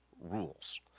rules